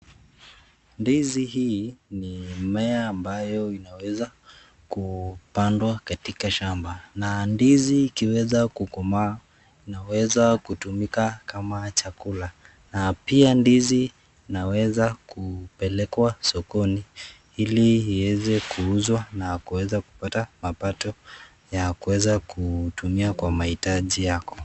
Ndizi hii ni mmea ambayo inaweza kupandwa katika shamba na ndizi ikiweza kukomaa inaweza kutumika kama chakula na pia ndizi inaweza kupelekwa sokoni ili ieze kuuzwa na kuweza kupata mapato ya kuweza kutumia kwa mahitaji yako.